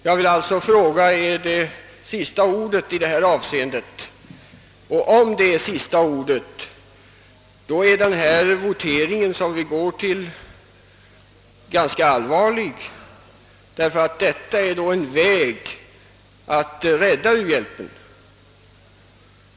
Är detta det sista ordet i detta avseende? Om så är ”fallet blir den votering som vi går till någonting ganska allvarligt. Vi har här en möjlighet att rädda u-hjälpen.